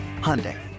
Hyundai